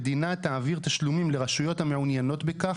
המדינה תעביר תשלומים לרשויות המעוניינות בכך,